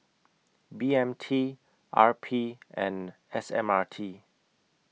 B M T R P and S M R T